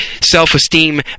self-esteem